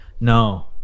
no